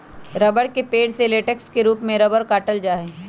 रबड़ के पेड़ से लेटेक्स के रूप में रबड़ काटल जा हई